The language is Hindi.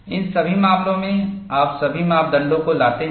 इन सभी मामलों में आप सभी मापदंडों को लाते हैं